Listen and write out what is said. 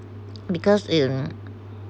because in